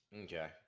Okay